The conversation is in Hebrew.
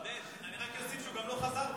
עודד, אני רק אוסיף שהוא גם לא חזר בו.